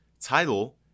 title